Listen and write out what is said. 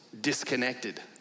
disconnected